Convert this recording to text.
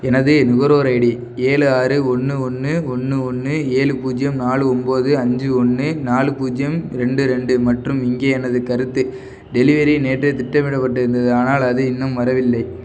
எனது நுகர்வோர் ஐடி ஏழு ஆறு ஒன்று ஒன்று ஒன்று ஒன்று ஏழு பூஜ்ஜியம் நாலு ஒம்பது அஞ்சு ஒன்று நாலு பூஜ்ஜியம் ரெண்டு ரெண்டு மற்றும் இங்கே எனது கருத்து டெலிவரி நேற்று திட்டமிடப்பட்டிருந்தது ஆனால் அது இன்னும் வரவில்லை